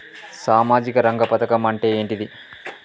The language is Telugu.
సామాజిక రంగ పథకం అంటే ఏంటిది?